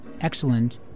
excellent